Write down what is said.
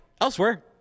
elsewhere